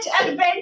adventure